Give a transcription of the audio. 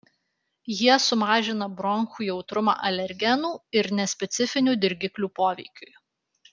jie sumažina bronchų jautrumą alergenų ir nespecifinių dirgiklių poveikiui